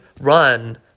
run